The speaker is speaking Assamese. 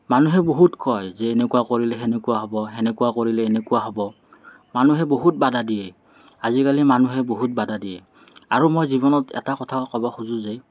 মানুহে বহুত কয় যে এনেকুৱা কৰিলে হেনেকুৱা হয় হেনেকুৱা কৰিলে এনেকুৱা হ'ব মানুহে বহুত বাধা দিয়ে আজিকালি মানুহে বহুত বাধা দিয়ে আৰু মই জীৱনত এটা কথা ক'ব খুজোঁ যে